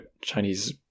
Chinese